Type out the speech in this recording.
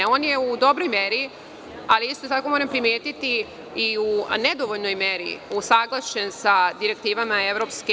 On je u dobroj meri, ali isto tako, moram primetiti, i u nedovoljnoj meri usaglašen sa direktivama EU.